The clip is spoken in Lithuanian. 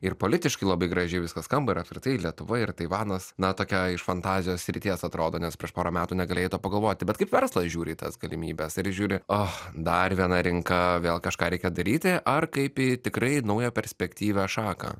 ir politiškai labai gražiai viskas skamba ir apskritai lietuva ir taivanas na tokia iš fantazijos srities atrodo nes prieš porą metų negalėjai to pagalvoti bet kaip verslas žiūri į tas galimybes ar jis žiūri o dar viena rinka vėl kažką reikia daryti ar kaip į tikrai naują perspektyvią šaką